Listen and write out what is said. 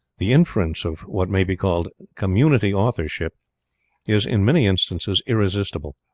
the inference of what may be called community authorship is, in many instances, irresistible.